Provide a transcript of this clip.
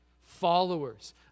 followers